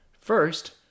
First